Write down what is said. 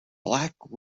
black